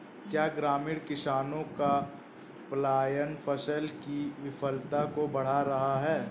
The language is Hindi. क्या ग्रामीण किसानों का पलायन फसल की विफलता को बढ़ा रहा है?